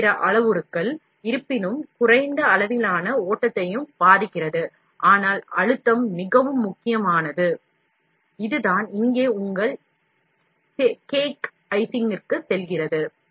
பல பிற அளவுருக்கள் இருப்பினும் குறைந்த அளவிலான ஓட்டத்தையும் பாதிக்கிறது ஆனால் அழுத்தம் மிகவும் முக்கியமானது இதைத் தான் cake icing ல் பார்த்தோம்